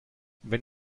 wenn